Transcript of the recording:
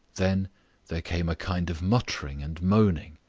then there came a kind of muttering and moaning.